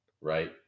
right